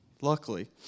Luckily